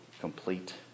complete